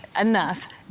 enough